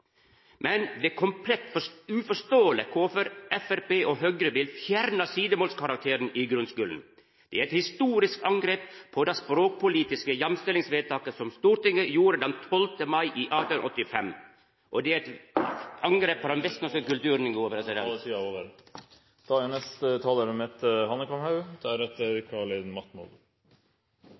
Men det er komplett uforståeleg kvifor Framstegspartiet og Høgre vil fjerna sidemålskarakteren i grunnskulen. Det er eit historisk angrep på det språkpolitiske jamstellingsvedtaket som Stortinget gjorde den 12. mai 1885 . Det er også eit angrep på den vestnorske kulturen. Taletiden er ute. Uttrykket «stor i ord, liten på jord» illustrerer denne regjeringas rådende politikk og praksis. Det